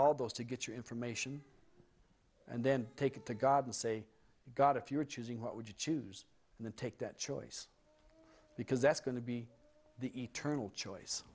all those to get your information and then take it to god and say god if you were choosing what would you choose and then take that choice because that's going to be the eternal